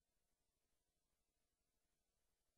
באמת?